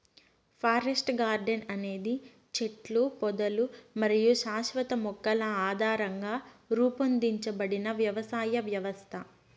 forest garden అనేది చెట్లు, పొదలు మరియు శాశ్వత మొక్కల ఆధారంగా రూపొందించబడిన వ్యవసాయ వ్యవస్థ